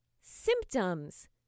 Symptoms